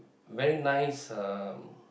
very nice uh